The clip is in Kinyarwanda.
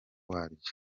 waryo